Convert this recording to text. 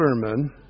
sermon